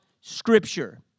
Scripture